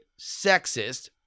sexist